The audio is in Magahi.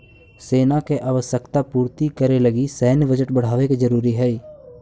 सेना के आवश्यकता पूर्ति करे लगी सैन्य बजट बढ़ावे के जरूरी हई